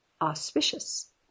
auspicious